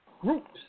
groups